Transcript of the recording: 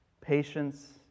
patience